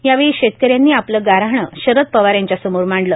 यावेळी शेतकऱ्यांनी आपलं गाऱ्हाणं शरद पवार यांच्यासमोर मांडलं